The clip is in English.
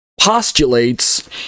postulates